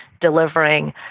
delivering